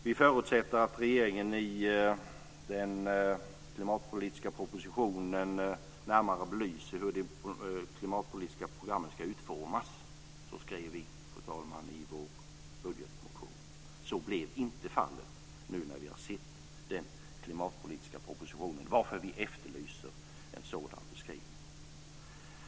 Vi förutsätter att regeringen i den klimatpolitiska propositionen närmare belyser hur det klimatpolitiska programmet ska utformas. Så skriver vi, fru talman, i vår budgetmotion. Så blir inte fallet nu när vi har sett den klimatpolitiska propositionen, varför vi efterlyser en sådan beskrivning.